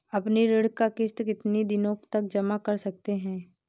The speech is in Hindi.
अपनी ऋण का किश्त कितनी दिनों तक जमा कर सकते हैं?